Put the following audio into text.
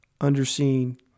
underseen